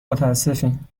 متاسفیم